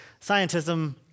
Scientism